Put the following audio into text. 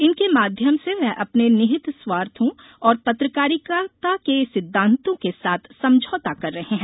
इनके माध्यम से वह अपने निहित स्वार्थों और पत्रकारिता के सिद्धांतों के साथ समझौता कर रहे हैं